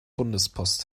bundespost